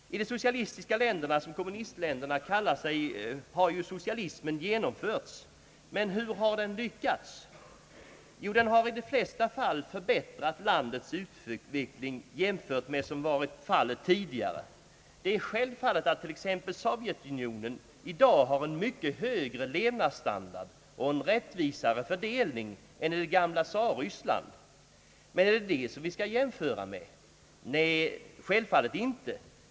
I de socialistiska länderna, som kommunistländerna kallar sig, har ju socialismen genomförts, men hur har den lyckats? Jo, den har i de flesta fall förbättrat landets utveckling jämfört med vad som varit tidigare. Det är självfallet att t.ex. Sovjetunionen i dag har en mycket högre levnadsstandard och en rättvisare fördelning än man hade i det gamla Tsarryssland. Men är det det vi skall jämföra med? Nej, självfallet inte.